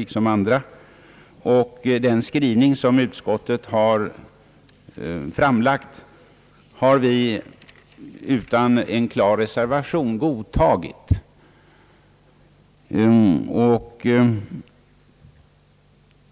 Vi har därför också ansett oss kunna utan en klar reservation godtaga utskottets skrivning.